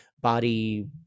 body